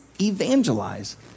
evangelize